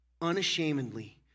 unashamedly